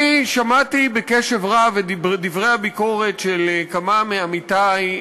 אני שמעתי בקשב רב את דברי הביקורת של כמה מעמיתי,